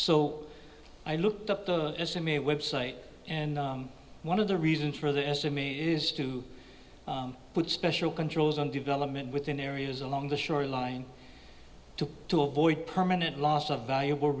so i looked up the system a web site and one of the reasons for the estimate is to put special controls on development within areas along the shoreline to to avoid permanent loss of valuable